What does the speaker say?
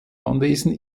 anwesen